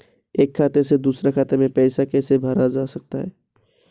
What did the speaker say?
एक खाते से दूसरे खाते में पैसा कैसे भेजा जा सकता है?